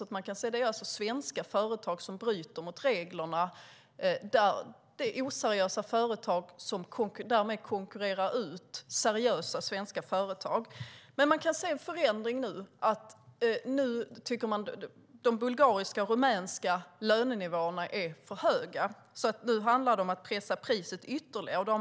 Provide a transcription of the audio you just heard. Det är alltså oseriösa svenska företag som bryter mot reglerna och därmed konkurrerar ut seriösa svenska företag. Men nu kan vi se en förändring. Nu tycker man att de bulgariska och rumänska lönenivåerna är för höga. Nu vill man pressa priset ytterligare.